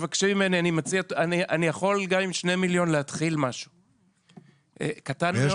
אני יכול להתחיל משהו גם עם שני מיליון שקלים אבל הוא יהיה קטן מאוד.